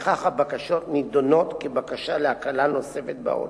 ולפיכך הבקשות נדונות כבקשה להקלה נוספת בעונש.